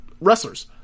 wrestlers